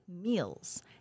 meals